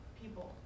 people